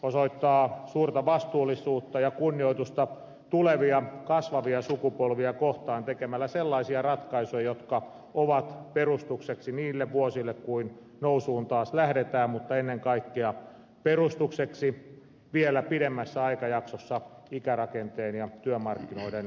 osoittaa suurta vastuullisuutta ja kunnioitusta tulevia kasvavia sukupolvia kohtaan tehdä sellaisia ratkaisuja jotka ovat perustukseksi niille vuosille kun nousuun taas lähdetään mutta ennen kaikkea perustukseksi vielä pidemmässä aikajaksossa ikärakenteen ja työmarkkinoiden muuttuessa